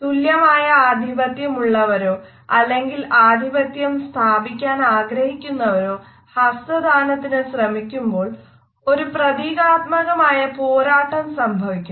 തുല്യമായ അധിപത്യമുള്ളവരോ അല്ലെങ്കിൽ ആധിപത്യം സ്ഥാപിക്കാനാഗ്രഹിക്കുന്നവരോ ഹസ്തദാനത്തിന് ശ്രമിക്കുമ്പോൾ ഒരു പ്രതീകാത്മകമായ പോരാട്ടം സംഭവിക്കുന്നു